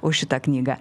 už šitą knygą